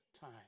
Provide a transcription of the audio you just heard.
time